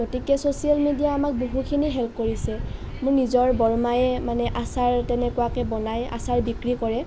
গতিকে social media আমাক বহুখিনি হেল্প কৰিছে মোৰ নিজৰ বৰমাই মানে আচাৰ তেনেকুৱাকৈ বনায় আচাৰ বিক্ৰী কৰে